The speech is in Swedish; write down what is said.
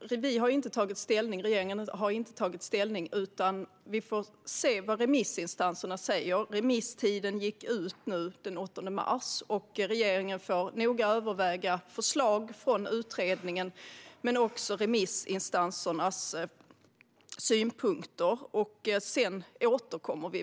Regeringen har inte tagit ställning, utan vi får se vad remissinstanserna säger. Remisstiden gick ut den 8 mars, och regeringen får noga överväga förslag från utredningen men också remissinstansernas synpunkter. Sedan återkommer vi.